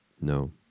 No